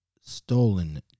stolen